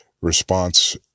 response